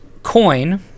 coin